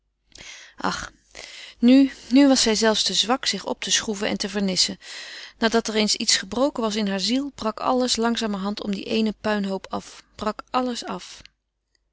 ach nu nu was zij zelfs te zwak zich op te schroeven en te vernissen nadat er eens iets gebroken was in hare ziel brak alles langzamerhand om dien eenen puinhoop af brak alles af